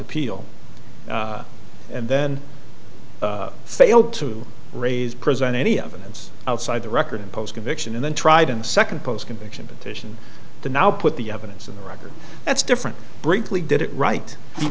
appeal and then failed to raise present any evidence outside the record impose conviction and then tried and second post conviction petition to now put the evidence in the record that's different brinkley did it right